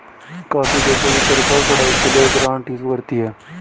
काफी देशों की सरकार पढ़ाई के लिए ग्रांट इशू करती है